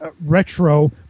retro